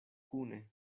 kune